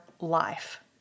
life